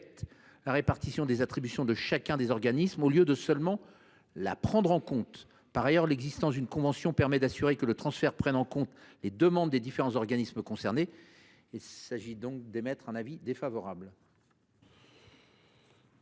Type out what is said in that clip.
la répartition des attributions de chacun des organismes, au lieu de seulement la prendre en compte. Par ailleurs, l’existence d’une convention permet d’assurer que le transfert prend bien en compte les demandes des différentes organisations concernées. La commission émet donc un avis défavorable